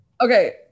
Okay